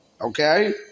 okay